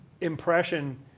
impression